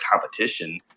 competition